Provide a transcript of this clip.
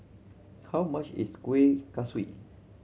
how much is Kuih Kaswi